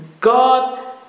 God